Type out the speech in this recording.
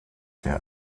der